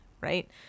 right